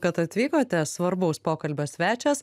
kad atvykote svarbaus pokalbio svečias